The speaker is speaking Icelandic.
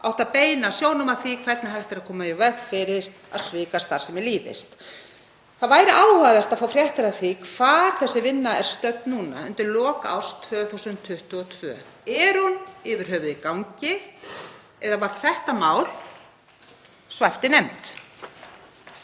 átti að beina sjónum að því hvernig hægt væri að koma í veg fyrir að svikastarfsemi líðist. Það væri áhugavert að fá fréttir af því hvar þessi vinna er stödd núna undir lok árs 2022. Er hún yfir höfuð í gangi eða var þetta mál svæft í nefnd?